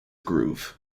groove